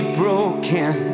broken